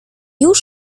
już